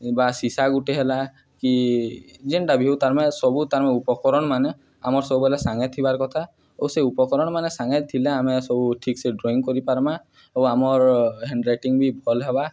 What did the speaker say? ବା ସିଶା ଗୁଟେ ହେଲା କି ଯେନ୍ଟା ବି ହଉ ତାର୍ମାନେ ସବୁ ତାର୍ ଉପକରଣ୍ମାନେ ଆମର୍ ସବୁବେଲେ ସାଙ୍ଗେ ଥିବାର୍ କଥା ଓ ସେ ଉପକରଣ୍ମାନେ ସାଙ୍ଗେ ଥିଲେ ଆମେ ସବୁ ଠିକ୍ସେ ଡ୍ରଇଂ କରିପାର୍ମା ଓ ଆମର୍ ହେଣ୍ଡରାଇଟିଂ ବି ଭଲ୍ ହେବା